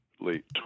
late